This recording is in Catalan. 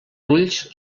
ulls